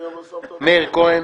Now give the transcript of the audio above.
מאיר כהן